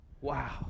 Wow